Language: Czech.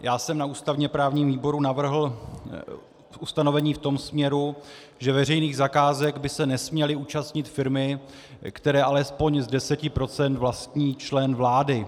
Já jsem na ústavněprávním výboru navrhl ustanovení v tom směru, že veřejných zakázek by se nesměly účastnit firmy, které alespoň z 10 % vlastní člen vlády.